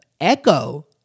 echo